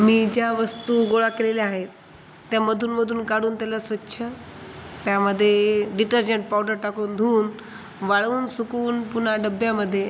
मी ज्या वस्तू गोळा केलेल्या आहेत त्या मधूनमधून काढून त्याला स्वच्छ त्यामध्ये डिटर्जंट पॉवडर टाकून धुऊन वाळवून सुकवून पुन्हा डब्यामध्ये